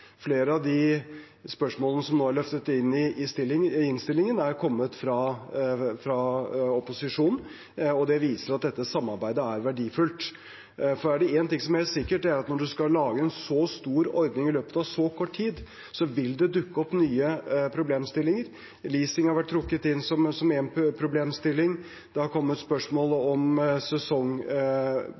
Flere av de spørsmålene som nå er løftet inn i innstillingen, er kommet fra opposisjonen, og det viser at dette samarbeidet er verdifullt. Er det én ting som er helt sikkert, er det at når man skal lage en så stor ordning i løpet av så kort tid, vil det dukke opp nye problemstillinger. Leasing har vært trukket inn som en problemstilling, det er kommet spørsmål om